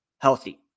healthy